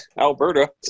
Alberta